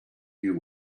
you